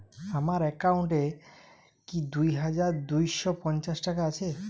আমার অ্যাকাউন্ট এ কি দুই হাজার দুই শ পঞ্চাশ টাকা আছে?